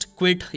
quit